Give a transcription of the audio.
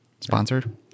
sponsored